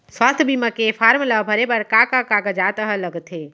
स्वास्थ्य बीमा के फॉर्म ल भरे बर का का कागजात ह लगथे?